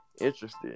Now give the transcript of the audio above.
interested